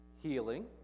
healing